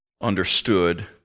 understood